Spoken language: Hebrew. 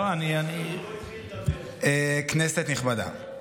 כנסת נכבדה,